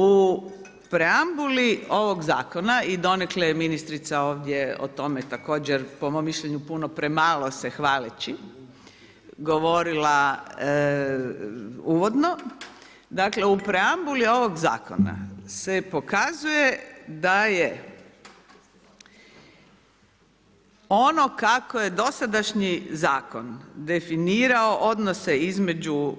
U preambuli ovog zakona i donekle je ministrica ovdje o tome također po mom mišljenju puno premalo se hvaleći, govorila uvodno, dakle u preambuli ovog zakona se pokazuje da je ono kako je dosadašnji zakon definirao odnose između